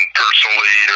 personally